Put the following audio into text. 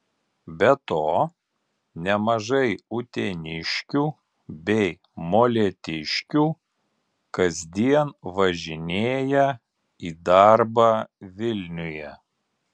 be to nemažai uteniškių bei molėtiškių kasdien važinėja į darbą vilniuje